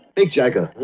mick jagger.